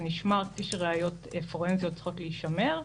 זה נשמר כפי שראיות פורנזיות צריכות להישמר,